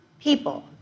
people